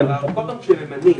--- כל פעם שממנים.